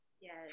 yes